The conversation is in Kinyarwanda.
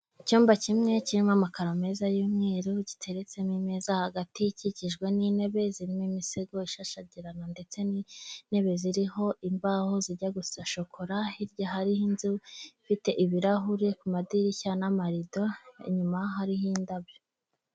Icyumba kimwe kirimo amakararo meza y'umweru giteretsemo imeza hagati ikikijwe n'intebe zirimo imisego ishashagirana ndetse n'intebe ziriho imbaho zijya gusa shokora hirya hariho inzu ifite ibirahuri ku madirishya n'amarido inyuma hariho indabyo.